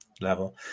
level